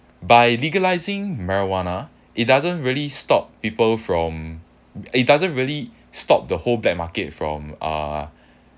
by legalising marijuana it doesn't really stop people from it doesn't really stop the whole black market from uh